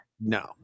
No